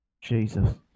Jesus